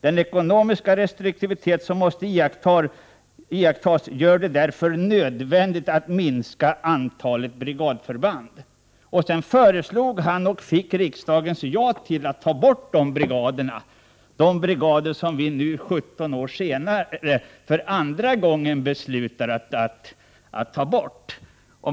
Den ekonomiska restriktivitet som måste iakttas gör det därför nödvändigt att minska antalet brigadförband.” Sedan föreslog han — och fick riksdagens ja till — att vi skulle ta bort dessa brigader, som vi nu, 17 år senare, för andra gången beslutar att ta bort.